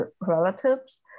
relatives